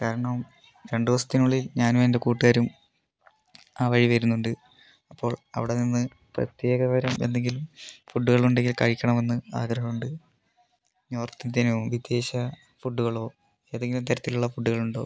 കാരണം രണ്ട് ദിവസത്തിനുള്ളിൽ ഞാനും എൻ്റെ കൂട്ടുകാരും ആ വഴി വരുന്നുണ്ട് അപ്പോൾ അവിടെ നിന്ന് പ്രത്യേക തരം എന്തെങ്കിലും ഫുഡുകൾ ഉണ്ടെങ്കിൽ കഴിക്കണമെന്ന് ആഗ്രഹമുണ്ട് നോർത്ത് ഇന്ത്യനോ വിദേശ ഫുഡുകളോ ഏതെങ്കിലും തരത്തിലുള്ള ഫുഡ്കളുണ്ടോ